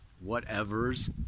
whatever's